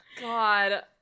god